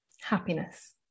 Happiness